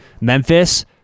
Memphis